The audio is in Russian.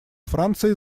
франции